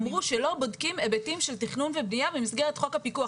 אמרו שלא בודקים היבטים של תכנון ובנייה במסגרת חוק הפיקוח.